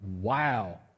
Wow